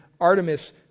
Artemis